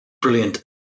Brilliant